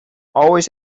always